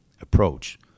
Approach